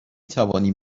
توانیم